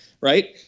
right